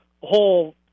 whole